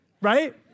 Right